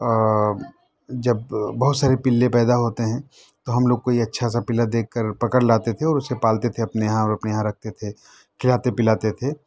اور جب بہت سارے پلّے پیدا ہوتے ہیں تو ہم لوگ کوئی اچھا سا پلّا دیکھ کر پکڑ لاتے تھے اور اُسے پالتے تھے اپنے یہاں اور اپنے یہاں رکھتے تھے کھلاتے پلاتے تھے